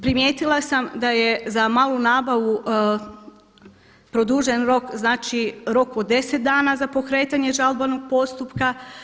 Primijetila sam da je za malu nabavu produžen rok, znači rok od 10 dana za pokretanje žalbenog postupka.